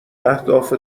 اهداف